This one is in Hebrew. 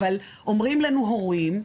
אומרים לנו הורים,